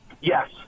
Yes